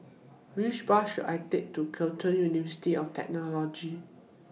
Which Bus should I Take to Curtin University of Technology